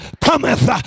cometh